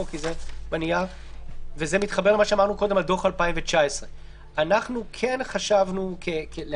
וזה מתחבר למה שאמרנו קודם על דוח 2019. אנחנו כן חשבנו להציע,